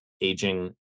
aging